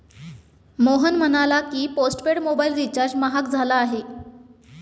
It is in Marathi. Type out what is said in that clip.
मोहन म्हणाला की, पोस्टपेड मोबाइल रिचार्ज महाग झाला आहे